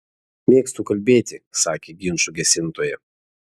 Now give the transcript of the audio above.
mėgstu kalbėti sakė ginčų gesintoja